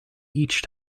each